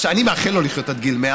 אני מאחל לו לחיות עד גיל 100,